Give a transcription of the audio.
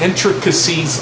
intricacies